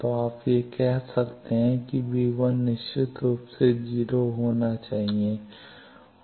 तो आप कह सकते हैं कि निश्चित रूप से 0 होना चाहिए